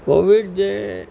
Covid जे